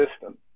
system